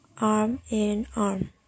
arm-in-arm